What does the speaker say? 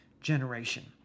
generation